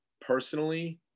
personally